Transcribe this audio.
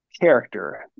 character